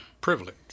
privilege